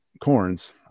corns